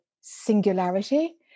singularity